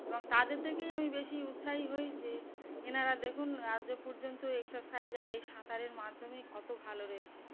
এবং তাদের থেকেই আমি বেশি উৎসাহী হই যে এনারা দেখুন আজও পর্যন্ত এক্সারসাইজ আর এই সাঁতারের মাধ্যমে কত ভালো রয়েছে